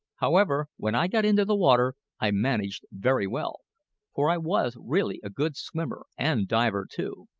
however, when i got into the water i managed very well for i was really a good swimmer and diver too.